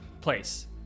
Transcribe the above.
place